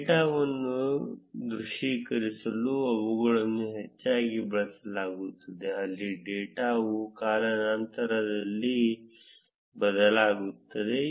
ಡೇಟಾವನ್ನು ದೃಶ್ಯೀಕರಿಸಲು ಅವುಗಳನ್ನು ಹೆಚ್ಚಾಗಿ ಬಳಸಲಾಗುತ್ತದೆ ಅಲ್ಲಿ ಡೇಟಾವು ಕಾಲಾನಂತರದಲ್ಲಿ ಬದಲಾಗುತ್ತದೆ